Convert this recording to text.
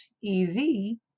easy